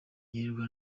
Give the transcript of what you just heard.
yirirwa